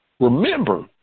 Remember